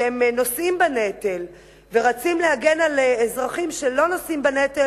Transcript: שנושאים בנטל ורצים להגן על אזרחים שלא נושאים בנטל